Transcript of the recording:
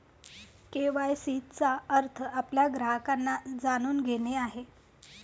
KYC चा अर्थ आपल्या ग्राहकांना जाणून घेणे आहे